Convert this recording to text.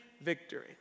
victory